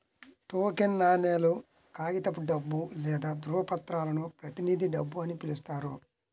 token నాణేలు, కాగితపు డబ్బు లేదా ధ్రువపత్రాలను ప్రతినిధి డబ్బు అని పిలుస్తారు